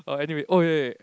oh anyway oh ya ya ya